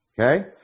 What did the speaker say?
Okay